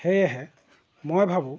সেয়েহে মই ভাবোঁ